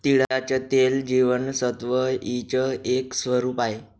तिळाचं तेल जीवनसत्व ई च एक स्वरूप आहे